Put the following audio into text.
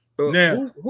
Now